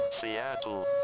Seattle